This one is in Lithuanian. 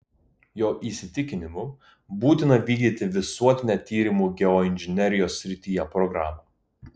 jo įsitikinimu būtina vykdyti visuotinę tyrimų geoinžinerijos srityje programą